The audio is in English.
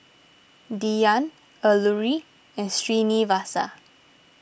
Dhyan Alluri and Srinivasa